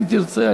אם תרצה,